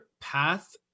path